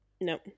no